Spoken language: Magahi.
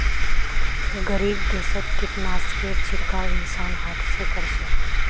गरीब देशत कीटनाशकेर छिड़काव इंसान हाथ स कर छेक